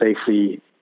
safely